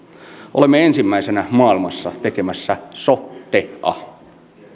olemme ensimmäisenä maailmassa tekemässä sotea